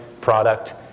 product